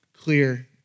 clear